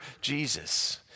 Jesus